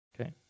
Okay